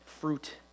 fruit